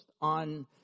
on